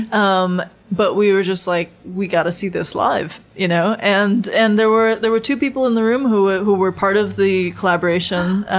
um but we were just like we got to see this live. you know and and there were there were two people in the room who ah who were part of the collaboration,